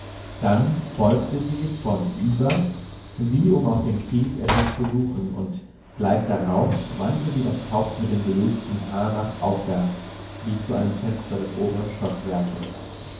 dann beugte sie sich vornüber wie um auf dem kies etwas zu suchen und gleich darauf wandte sie das haupt mit dem gelösten haar nach aufwärts wie zu einem fenster des oberen stockwerks